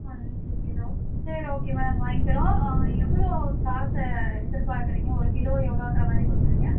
one six zero சரி ஓகேம்மா நாங்கள் வாங்கிக்குறோம் எவ்வளோ காசு எதிர்பார்க்குறீங்க ஒரு கிலோ எவ்வளோன்ற மாதிரி கொடுக்குறீங்க